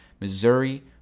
Missouri